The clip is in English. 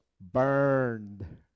burned